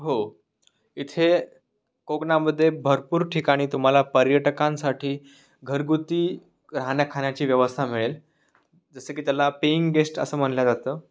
हो इथे कोकणामध्ये भरपूर ठिकाणी तुम्हाला पर्यटकांसाठी घरगुती राहण्या खाण्याची व्यवस्था मिळेल जसं की त्याला पेईंग गेस्ट असं म्हणलं जातं